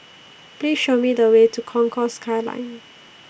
Please Show Me The Way to Concourse Skyline